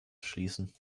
schließen